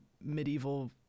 medieval